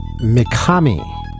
Mikami